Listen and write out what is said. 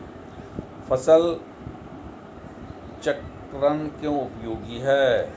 फसल चक्रण क्यों उपयोगी है?